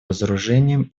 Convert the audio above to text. разоружением